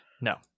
No